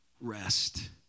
rest